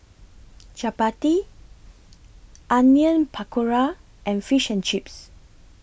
Chapati Onion Pakora and Fish and Chips